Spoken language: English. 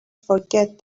forget